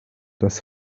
das